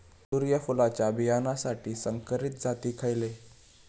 सूर्यफुलाच्या बियानासाठी संकरित जाती खयले?